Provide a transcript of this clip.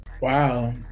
Wow